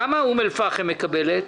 כמה אום אל-פחם מקבלת?